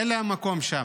אין להם מקום שם.